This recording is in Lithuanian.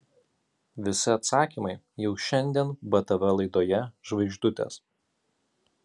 visi atsakymai jau šiandien btv laidoje žvaigždutės